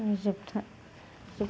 बेनोजोबथा